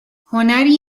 هنری